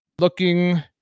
looking